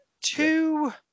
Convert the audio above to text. two